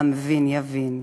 והמבין יבין.